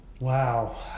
Wow